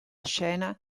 scena